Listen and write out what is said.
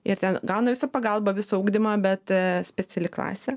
ir ten gauna visą pagalbą visą ugdymą bet speciali klasė